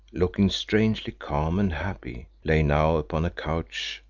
looking strangely calm and happy, lay now upon a couch,